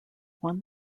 won